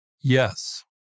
Yes